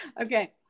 Okay